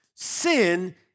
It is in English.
Sin